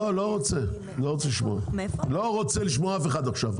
לא, לא רוצה לשמוע עכשיו אף אחד.